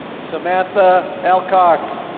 samantha elcoc